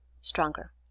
stronger